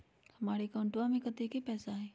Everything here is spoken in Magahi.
हमार अकाउंटवा में कतेइक पैसा हई?